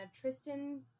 Tristan